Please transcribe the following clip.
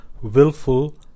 willful